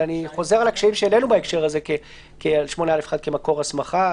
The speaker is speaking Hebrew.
אני חוזר על הקשיים שהעלינו בהקשר הזה על 8א(1) כמקור הסמכה.